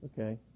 okay